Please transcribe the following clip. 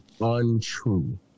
untrue